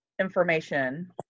information